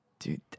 Dude